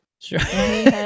sure